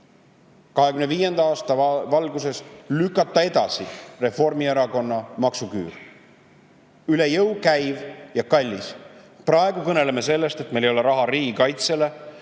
2025. aasta valguses lükata edasi Reformierakonna maksuküür – üle jõu käiv ja kallis. Praegu kõneleme sellest, et meil ei ole riigikaitsele